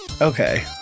Okay